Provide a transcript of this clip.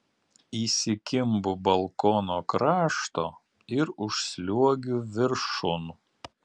įsikimbu balkono krašto ir užsliuogiu viršun